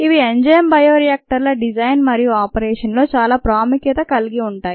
ఇవి enzyme bio రియాక్టర్ల design మరియు ఆపరేషన్ లో చాలా ప్రాముఖ్యత కల్గి ఉంటాయి